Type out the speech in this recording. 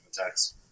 attacks